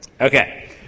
Okay